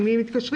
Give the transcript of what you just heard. אל מי הם מתקשרים,